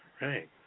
Right